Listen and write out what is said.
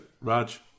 Raj